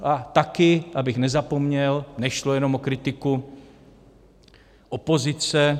A taky, abych nezapomněl, nešlo jenom o kritiku opozice.